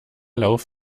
lauf